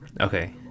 okay